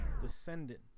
Descendant